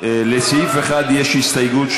לשר חיים כץ,